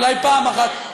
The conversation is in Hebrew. אולי פעם אחת,